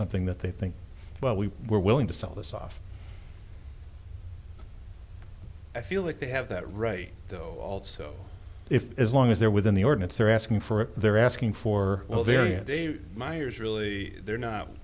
something that they think well we were willing to sell this off i feel like they have that right though also if as long as they're within the ordinance they're asking for it they're asking for well very and the miners really they're not